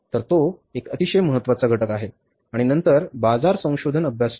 तर तो एक अतिशय महत्त्वाचा घटक आहे आणि नंतर बाजार संशोधन अभ्यास आहे